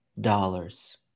dollars